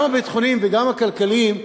גם הביטחוניים וגם הכלכליים,